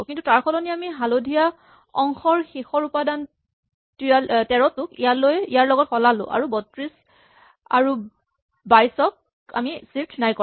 কিন্তু তাৰ সলনি আমি হালধীয়া অংশৰ শেষৰ উপাদান ১৩ টোক ইয়াৰ লগত সলালো আৰু ৩২ আৰু ২২ টো ছিফ্ট নাই কৰা